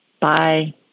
Bye